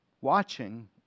watching